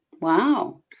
wow